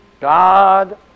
God